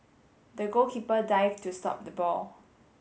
the goalkeeper dived to stop the ball